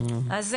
אז,